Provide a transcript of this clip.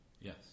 Yes